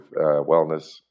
wellness